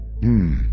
Hmm